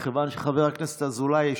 חבר הכנסת אזולאי,